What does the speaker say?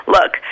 Look